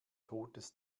totes